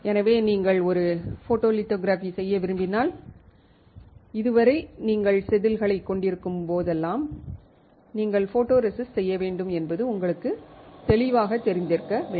எனவே நீங்கள் ஒரு ஃபோட்டோலிதோகிராஃபி செய்ய விரும்பினால் இதுவரை நீங்கள் செதில்களைக் கொண்டிருக்கும் போதெல்லாம் நீங்கள் ஃபோட்டோரெசிஸ்ட் செய்ய வேண்டும் என்பது உங்களுக்குத் தெளிவாக தெரிந்திருக்க வேண்டும்